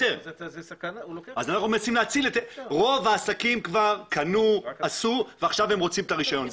רוב העסקים כבר קנו ועשו ועכשיו אם רוצים את הרישיון.